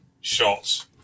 shots